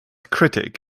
critic